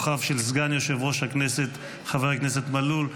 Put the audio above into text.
אורחיו של סגן יושב-ראש הכנסת חבר הכנסת מלול.